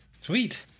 Sweet